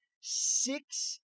Six